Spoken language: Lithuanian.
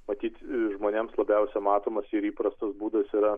matyt žmonėms labiausiai matomas ir įprastas būdas yra